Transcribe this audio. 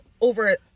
over